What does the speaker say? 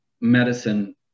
medicine